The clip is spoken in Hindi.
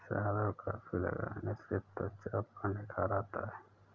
शहद और कॉफी लगाने से त्वचा पर निखार आता है